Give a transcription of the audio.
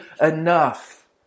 enough